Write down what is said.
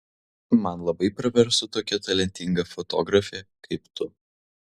man labai praverstų tokia talentinga fotografė kaip tu